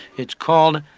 it is called